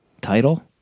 title